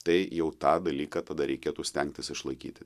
tai jau tą dalyką tada reikėtų stengtis išlaikyti